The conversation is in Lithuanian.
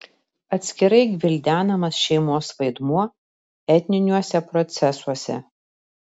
atskirai gvildenamas šeimos vaidmuo etniniuose procesuose